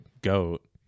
goat